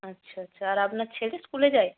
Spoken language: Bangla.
আচ্ছা আচ্ছা আর আপনার ছেলে স্কুলে যায়